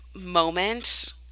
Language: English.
moment